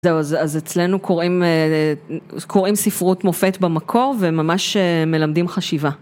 זהו, אז אצלנו קוראים...קוראים ספרות מופת במקור וממש מלמדים חשיבה.